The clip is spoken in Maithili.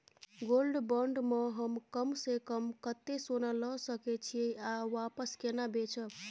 गोल्ड बॉण्ड म हम कम स कम कत्ते सोना ल सके छिए आ वापस केना बेचब?